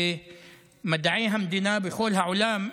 ומדעי המדינה בכל העולם,